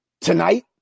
tonight